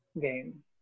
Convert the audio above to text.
game